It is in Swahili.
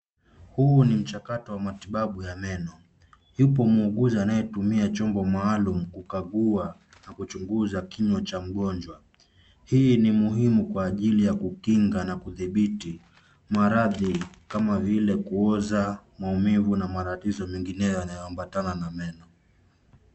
Huu ni mchakato wa matibabu ya meno. Yupo muuguzi anayetumia chombo maalum kukagua na kuchunguza kinywa cha mgonjwa. Hii ni muhimu kwa ajili ya kukinga na kudhibiti maradhi kama vile kuoza, maumivu na matatizo mengine yanayoambatana na meno.